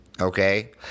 Okay